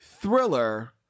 thriller